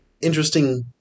interesting